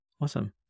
Awesome